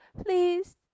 please